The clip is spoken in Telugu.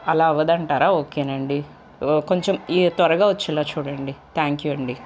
అలా అవదంటారా ఓకేనండి ఓ కొంచెం త్వరగా వచ్చేలా చూడండి థ్యాంక్ యూ అండి